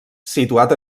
situat